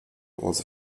was